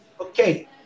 Okay